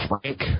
Frank